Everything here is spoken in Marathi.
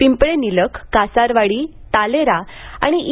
पिंपळे निलख कासारवाडी तालेरा आणि ई